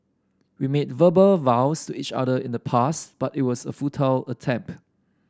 we made verbal vows to each other in the past but it was a futile attempt